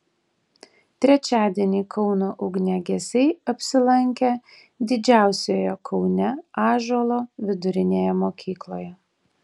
trečiadienį kauno ugniagesiai apsilankė didžiausioje kaune ąžuolo vidurinėje mokykloje